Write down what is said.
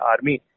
Army